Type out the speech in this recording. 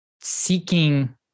seeking